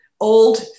old